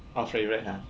oh favourite !huh!